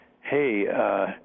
hey